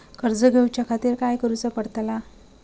कर्ज घेऊच्या खातीर काय करुचा पडतला?